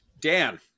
Dan